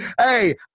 Hey